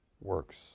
works